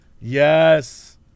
Yes